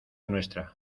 nuestra